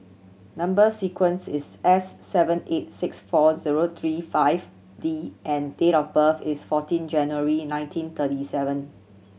number sequence is S seven eight six four zero three five D and date of birth is fourteen January nineteen thirty seven